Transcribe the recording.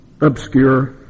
obscure